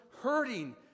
hurting